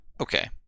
okay